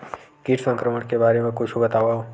कीट संक्रमण के बारे म कुछु बतावव?